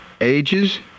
Ages